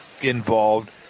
involved